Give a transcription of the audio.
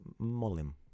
Molim